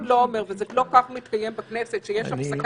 האם זה פי חמש?